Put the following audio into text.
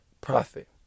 profit